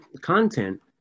content